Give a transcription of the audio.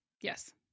Yes